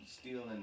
stealing